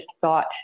thought